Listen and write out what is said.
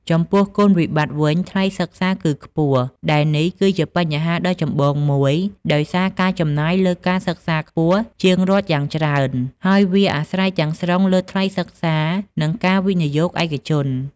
ចំពោះគុណវិបត្តិវិញ ថ្លៃសិក្សាគឺខ្ពស់ ដែលនេះគឺជាបញ្ហាដ៏ចម្បងមួយ ដោយសារការចំណាយលើការសិក្សាខ្ពស់ជាងរដ្ឋយ៉ាងច្រើន ហើយវាអាស្រ័យទាំងស្រុងលើថ្លៃសិក្សានិងការវិនិយោគឯកជន។